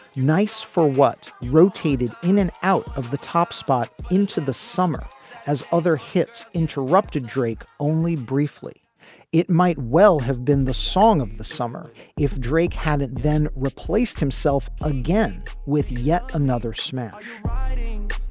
nice for what rotated in and out of the top spot into the summer as other hits interrupted drake only briefly it might well have been the song of the summer if drake hadn't then replaced himself again with yet another smash.